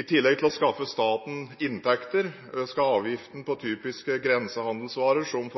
I tillegg til å skaffe staten inntekter, skal avgiftene på typiske grensehandelsvarer, som